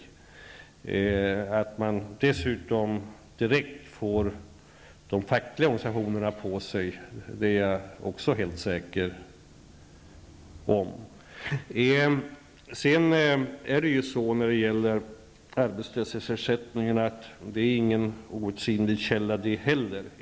Jag är också helt säker på att man direkt skulle få de fackliga organisationerna på sig. Arbetslöshetsersättningen är ingen outsinlig källa.